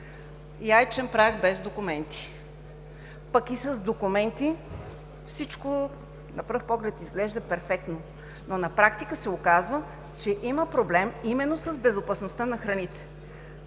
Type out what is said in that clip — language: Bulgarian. яйчен прах без документи, пък и с документи – всичко на пръв поглед изглежда перфектно, но на практика се оказва, че има проблем именно с безопасността на храните.